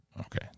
Okay